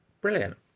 Brilliant